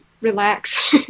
relax